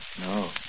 No